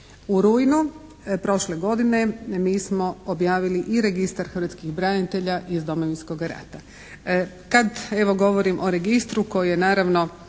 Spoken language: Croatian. U rujnu prošle godine mi smo objavili i Registar hrvatskih branitelja iz Domovinskoga rata. Kad evo govorim o registru koji je naravno